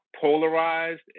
polarized